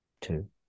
two